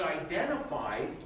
identified